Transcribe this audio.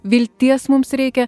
vilties mums reikia